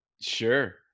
Sure